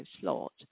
slot